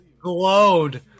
Glowed